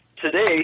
today